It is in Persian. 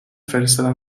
فرستادن